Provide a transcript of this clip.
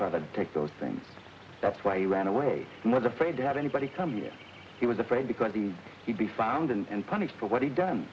about to take those things that's why you ran away and was afraid to have anybody come here he was afraid because the he'd be found and punished for what he done